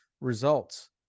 results